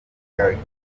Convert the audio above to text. gallican